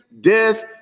death